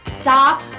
Stop